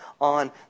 on